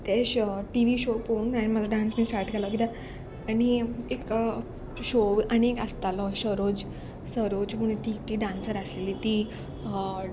ते श TV show पोवन आनी म्हाका डांस बी स्टार्ट केलो कित्याक आनी एक शो आनी एक आसतालो सरोज सरोज म्हूण ती ती डांसर आसलेली ती